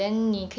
mm